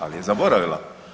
Ali je zaboravila.